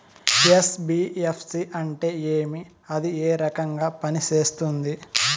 NBFC అంటే ఏమి అది ఏ రకంగా పనిసేస్తుంది